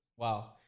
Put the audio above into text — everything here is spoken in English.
Wow